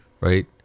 right